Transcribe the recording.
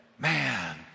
Man